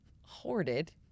hoarded